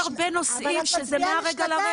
יש הרבה נושאים שזה מהרגע להרגע.